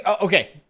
Okay